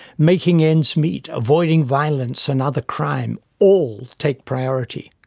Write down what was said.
making ends meet, avoiding violence and other crime all take priority.